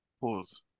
Pause